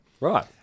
Right